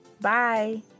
Bye